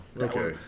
okay